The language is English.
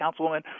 Councilwoman